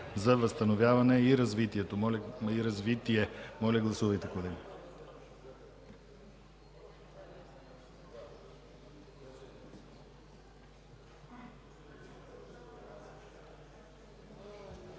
за възстановяване и развитие. Моля, гласувайте.